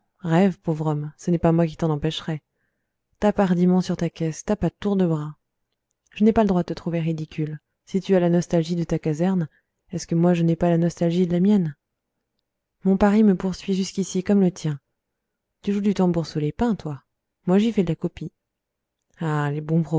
pauvre homme ce n'est pas moi qui t'en empêcherai tape hardiment sur ta caisse tape à tours de bras je n'ai pas le droit de te trouver ridicule si tu as la nostalgie de ta caserne est-ce que moi je n'ai pas la nostalgie de la mienne mon paris me poursuit jusqu'ici comme le tien tu joues du tambour sous les pins toi moi j'y fais de la copie